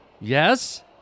Yes